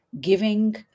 giving